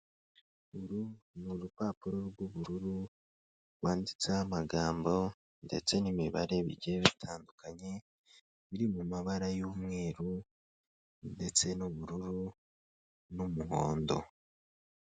Ururu ni urupapuro rw'ubururu rwanditseho amagambo ndetse n'imibare bigiye bitandukanye ,biri mu mabara y'umweru ndetse n'ubururu n'umuhondo.